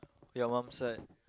your mom side